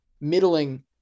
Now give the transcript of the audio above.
middling